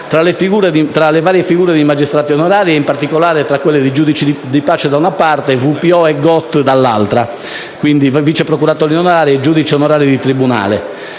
tra le varie figure di magistrati onorari e, in particolare, tra quelle di giudici di pace da una parte e vice procuratori onorari (VPO) e giudici onorari di tribunale